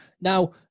Now